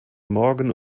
morgen